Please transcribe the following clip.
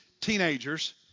teenagers